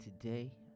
Today